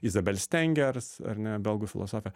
izabel stengers ar ne belgų filosofė